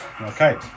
okay